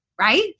right